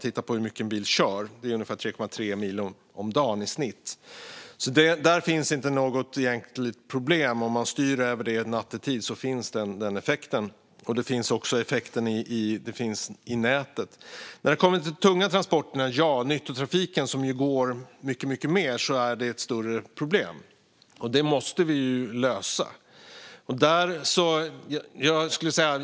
En bil körs ungefär 3,3 mil om dagen i genomsnitt. Där finns inte något egentligt problem. Om man styr över det så att det sker nattetid finns den effekt som krävs. Det finns också effekt i nätet. När det kommer till de tunga transporterna och nyttotrafiken, som går mycket mer, finns det större problem, och dem måste vi lösa.